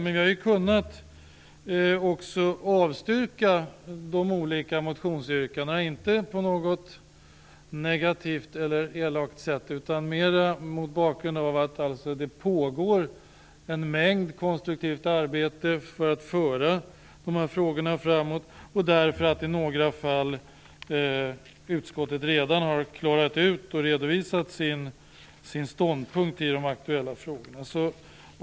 Utskottet har kunnat avstyrka de olika motionsyrkandena inte på något negativt eller elakt sätt, utan mer mot bakgrund av att det pågår en mängd konstruktivt arbete för att föra dessa frågor framåt. I något fall har utskottet redan klarat ut och redovisat sin ståndpunkt i de aktuella frågorna.